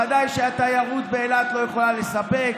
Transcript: ודאי שהתיירות באילת לא יכולה לספק.